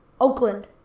Oakland